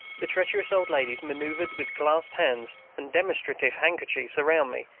the treacherous old ladies manoeuvred with clasped hands and demonstrative handkerchiefs around me,